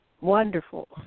Wonderful